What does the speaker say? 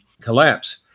collapse